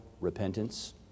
repentance